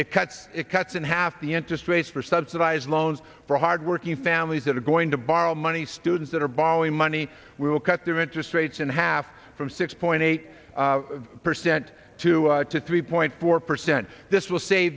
it cuts it cuts in half the interest rates for subsidized loans for hardworking families that are going to borrow money students that are borrowing money we will cut their interest rates in half from six point eight percent two to three point four percent this will sa